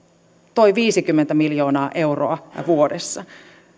toi viisikymmentä miljoonaa euroa vuodessa